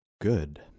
Good